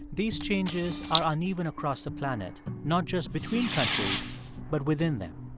these changes are uneven across the planet, not just between countries but within them.